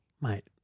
Mate